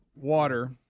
water